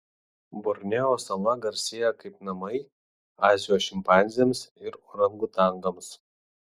borneo sala garsėja kaip namai azijos šimpanzėms ir orangutangams